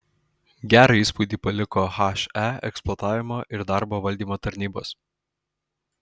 gerą įspūdį paliko he eksploatavimo ir darbo valdymo tarnybos